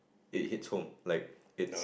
it hits home like it's